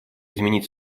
изменить